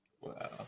Wow